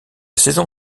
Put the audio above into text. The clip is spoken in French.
saison